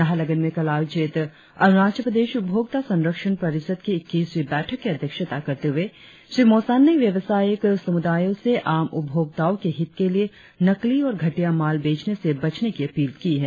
नाहरलगुन में कल आयोजित अरुणाचल प्रदेश उपभोक्ता संरक्षण परिषद की इक्कीसवीं बैठक की अध्यक्षता करते हुए श्री मोसांग ने व्यवसायिक समुदायों से आम उपभोक्ताओं के हित के लिए नकली और घटिया माल बेचने से बचने की अपील की है